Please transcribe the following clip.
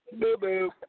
Boo-boo